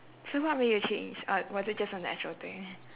so what made you change or was it just a natural thing